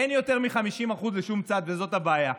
אין יותר מחמישים אחוז לכל צד וזאת הבעיה.